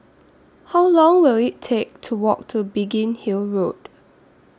How Long Will IT Take to Walk to Biggin Hill Road